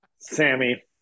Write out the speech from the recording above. Sammy